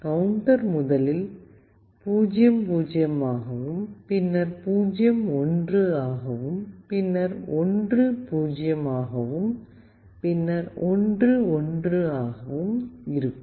counter முதலில் 00 ஆகவும் 01 பின்னர் 10 ஆகவும் பின்னர் 11 ஆகவும் இருக்கும்